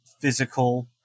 physical